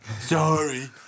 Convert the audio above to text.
Sorry